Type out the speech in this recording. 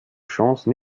chance